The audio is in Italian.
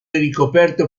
ricoperto